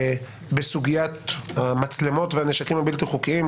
בסוגיית המצלמות והנשקים הבלתי חוקיים,